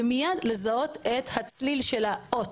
ומיד לזהות את הצליל של האות.